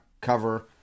cover